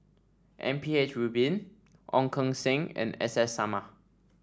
M P H Rubin Ong Keng Sen and S S Sarma